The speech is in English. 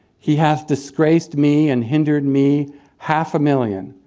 he hath disgraced me and hindered me half a million,